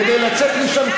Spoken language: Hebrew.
כדי לצאת משם,